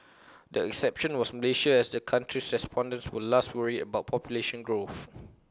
the exception was Malaysia as the country's respondents were least worried about population growth